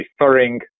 referring